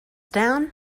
down